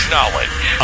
Knowledge